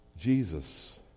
Jesus